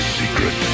secret